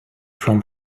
from